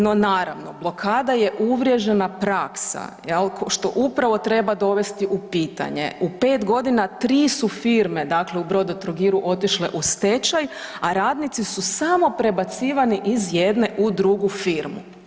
No naravno, blokada je uvriježena praksa jel, ko što upravo treba dovesti u pitanje u 5 godina 3 su firme dakle u Brodotrogiru otišle u stečaj, a radnici su samo prebacivani iz jedne u drugu firmu.